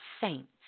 saints